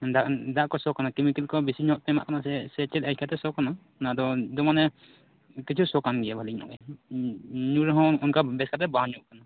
ᱫᱟᱜ ᱫᱟᱜ ᱠᱚ ᱥᱚ ᱠᱟᱱᱟ ᱠᱮᱢᱤᱠᱮᱞ ᱠᱚ ᱵᱤᱥᱤ ᱧᱚᱜ ᱮᱢᱟᱜ ᱠᱟᱱᱟ ᱥᱮ ᱪᱮᱫ ᱥᱮ ᱪᱮᱫ ᱤᱭᱠᱟᱹᱛᱮ ᱥᱚ ᱠᱟᱱᱟ ᱚᱱᱟ ᱫᱚ ᱡᱮᱢᱚᱱᱮ ᱠᱤᱪᱷᱩ ᱥᱚ ᱠᱟᱱ ᱜᱮᱭᱟ ᱵᱷᱟᱹᱞᱤ ᱧᱚᱜ ᱜᱮ ᱧᱩ ᱨᱮᱦᱚᱸ ᱚᱱᱠᱟ ᱵᱮᱥ ᱠᱟᱛᱮ ᱵᱟᱝ ᱧᱩ ᱠᱟᱱᱟ